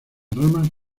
ramas